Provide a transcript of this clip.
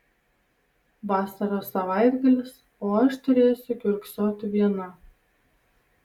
vasaros savaitgalis o aš turėsiu kiurksoti viena